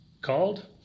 called